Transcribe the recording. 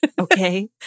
Okay